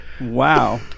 wow